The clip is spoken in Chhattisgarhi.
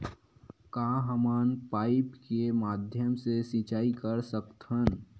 का हमन पाइप के माध्यम से सिंचाई कर सकथन?